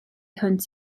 hwnt